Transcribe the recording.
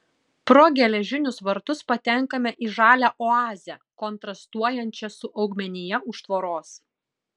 pro geležinius vartus patenkame į žalią oazę kontrastuojančią su augmenija už tvoros